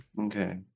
Okay